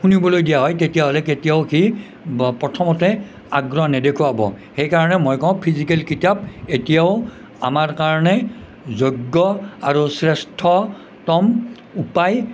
শুনিবলৈ দিয়া হয় তেতিয়াহ'লে কেতিয়াও সি প্ৰথমতে আগ্ৰহ নেদেখুৱাব সেইকাৰণে মই কওঁ ফিজিকেল কিতাপ এতিয়াও আমাৰ কাৰণে যোগ্য় আৰু শ্ৰেষ্ঠতম উপায়